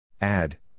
add